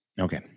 Okay